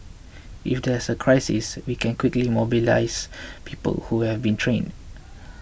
if there's a crisis we can quickly mobilise people who have been trained